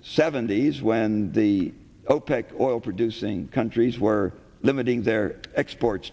seventy's when the opec oil producing countries were limiting their exports